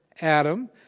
Adam